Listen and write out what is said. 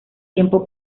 tiempo